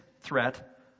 threat